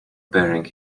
bearing